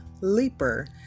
Leaper